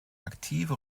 aktive